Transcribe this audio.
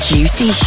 Juicy